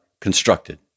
constructed